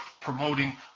promoting